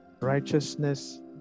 righteousness